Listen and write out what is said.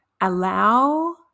allow